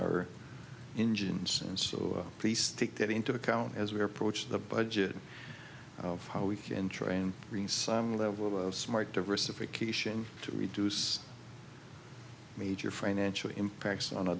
our engines and so please take that into account as we approach the budget of how we can try and bring some level of smart diversification to reduce major financial impacts on a